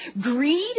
greed